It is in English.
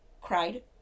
cried